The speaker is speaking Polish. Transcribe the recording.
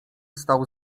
stał